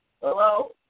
Hello